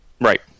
Right